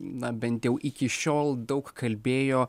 na bent jau iki šiol daug kalbėjo